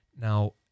Now